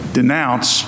denounce